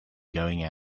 going